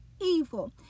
Evil